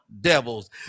devils